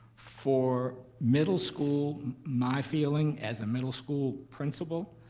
for middle school, my feeling as a middle school principal